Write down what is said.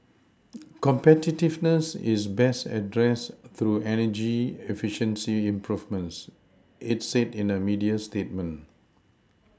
competitiveness is best addressed through energy efficiency improvements it said in a media statement